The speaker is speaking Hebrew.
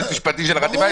זה יועץ משפטי של החטיבה,